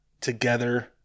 together